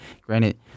Granted